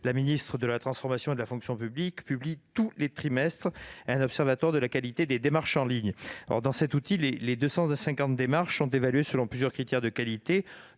la ministre de la transformation et de la fonction publiques publie tous les trimestres un observatoire de la qualité des démarches en ligne. Dans cet outil, ces 250 démarches sont évaluées selon plusieurs critères de qualité,